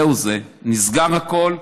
זהו זה, נסגר הכול,